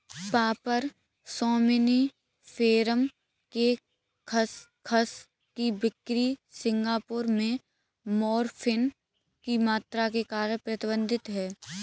papaver सोम्निफेरम के खसखस की बिक्री सिंगापुर में मॉर्फिन की मात्रा के कारण प्रतिबंधित है